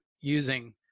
using